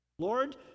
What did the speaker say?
Lord